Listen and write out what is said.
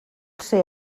ser